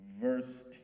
verse